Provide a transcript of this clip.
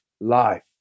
life